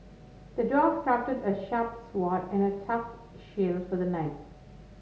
the dwarf crafted a sharp sword and a tough shield for the knight